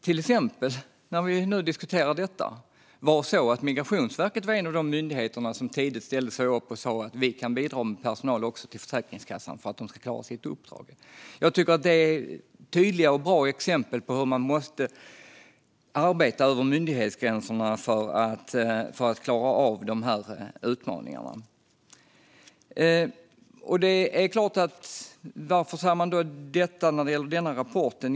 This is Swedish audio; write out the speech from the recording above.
Till exempel var Migrationsverket - när vi nu diskuterar detta - en de myndigheter som tidigt sa att de kunde bidra med personal till Försäkringskassan, för att de skulle klara av sitt uppdrag. Det är tydliga och bra exempel på hur man måste arbeta över myndighetsgränserna för att klara av utmaningarna. Varför säger jag detta när det gäller den här rapporten?